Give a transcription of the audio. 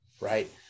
right